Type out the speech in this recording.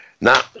Now